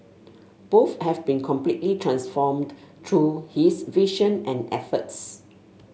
both have been completely transformed through his vision and efforts